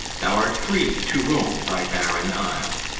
thou art free to roam thy barren isle.